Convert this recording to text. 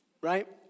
Right